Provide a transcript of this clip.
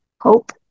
hope